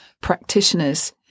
practitioners